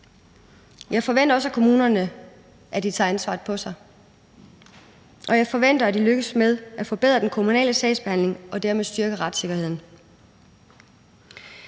Jeg forventer også af kommunerne, at de tager ansvaret på sig, og jeg forventer, at de lykkes med at forbedre den kommunale sagsbehandling og dermed styrke retssikkerheden.